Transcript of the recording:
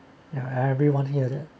ya everyone hear that